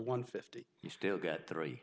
one fifty you still get three